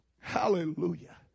Hallelujah